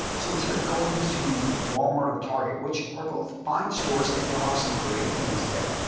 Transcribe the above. so instead of going to walmart or target, which are both fine stores and there are some great things there,